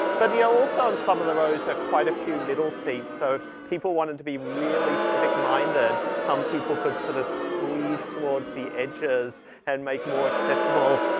but they're ah also on some of the rows are quite a few middle seat. so if people wanted to be really civic minded some people could sort of squeeze towards the edges and make more accessible